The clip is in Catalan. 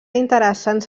interessants